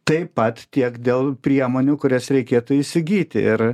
taip pat tiek dėl priemonių kurias reikėtų įsigyti ir